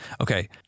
Okay